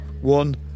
one